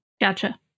Gotcha